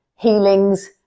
healings